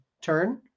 turn